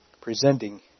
Presenting